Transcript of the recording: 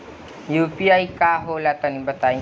इ यू.पी.आई का होला तनि बताईं?